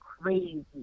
crazy